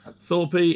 Thorpe